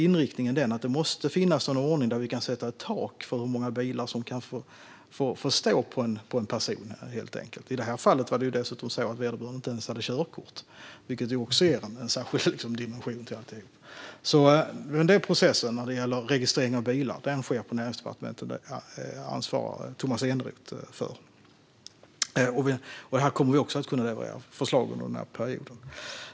Inriktningen är att det måste finnas en ordning där vi kan sätta ett tak för hur många bilar som får stå skrivna på en person. I det här fallet hade personen inte ens körkort, vilket ger en särskild dimension till det hela. Processen när det gäller registrering av bilar sker alltså på Näringsdepartementet, och där ansvarar Tomas Eneroth. Vi kommer att kunna leverera förslag om detta under perioden.